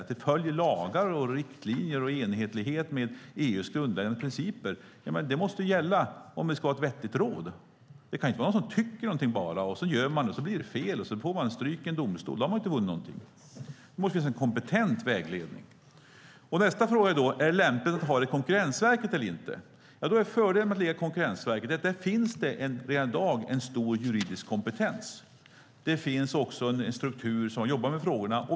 Det måste följa lagar, riktlinjer och enhetlighet när det gäller EU:s grundläggande principer. Det måste gälla om det ska vara ett vettigt råd. Det kan inte bara vara någon som tycker någonting. Sedan gör man det, så blir det fel. Då får man stryk i en domstol. Då har man inte vunnit någonting. Det måste finnas en kompetent vägledning. Nästa fråga är: Är det lämpligt att ha detta i Konkurrensverket eller inte? Fördelen med att ha det i Konkurrensverket är att det där redan i dag finns en stor juridisk kompetens. Det finns också en struktur som jobbar med frågorna.